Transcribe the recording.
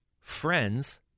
friends